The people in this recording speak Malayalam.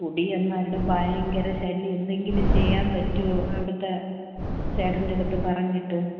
കുടിയന്മാരുടെ ഭയങ്കര ശല്യം എന്തെങ്കിലും ചെയ്യാൻ പറ്റുമോ അവിടുത്തെ ചേട്ടൻറെ അടുത്ത് പറഞ്ഞിട്ട്